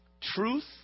Truth